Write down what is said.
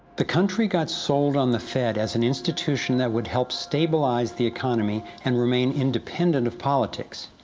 the country got sold on the fed as an institution that would help stabilize the economy and remain independent of politics.